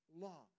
law